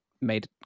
made